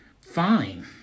fine